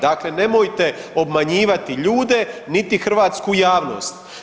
Dakle, nemojte obmanjivati ljude niti hrvatsku javnost.